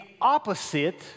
opposite